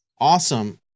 Awesome